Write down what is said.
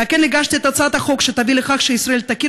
על כן הגשתי את הצעת החוק שתביא לכך שישראל תכיר